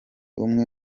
umwe